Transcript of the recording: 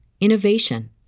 innovation